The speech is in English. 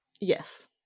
Yes